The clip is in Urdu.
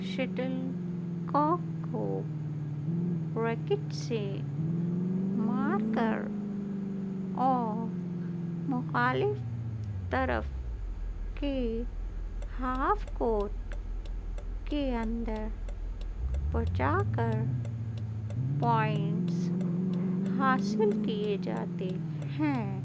شٹل کاک کو ریکٹ سے مار کر اور مخالف طرف کے ہاف کورٹ کے اندر پہنچا کر پوائنٹس حاصل کیے جاتے ہیں